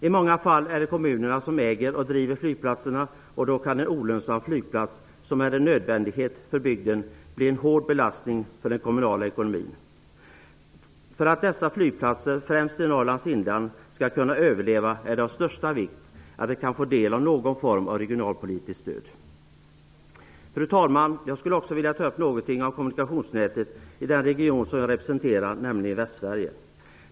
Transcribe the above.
I många fall är det kommunerna som äger och driver flygplatserna. En olönsam flygplats som är en nödvändighet för bygden kan bli en hård belastning för den kommunala ekonomin. För att dessa flygplatser, främst i Norrlands inland, skall kunna överleva är det av största vikt att de kan få del av någon form av regionalpolitiskt stöd. Fru talman! Jag skulle också vilja ta upp någonting om kommunikationsnätet i den region som jag representerar, nämligen Västsverige.